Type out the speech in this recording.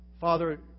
Father